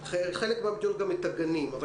חלק מהמדינות השאירו גם את הגנים אבל